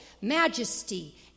majesty